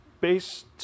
based